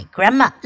Grandma